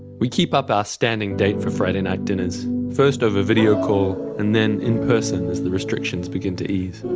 we keep up our ah standing date for friday night dinners, first over video call and then in person as the restrictions begin to ease.